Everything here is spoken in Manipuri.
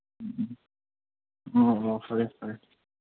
ꯎꯝ ꯎꯝ ꯑꯣ ꯑꯣ ꯐꯔꯦ ꯐꯔꯦ